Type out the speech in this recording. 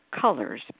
colors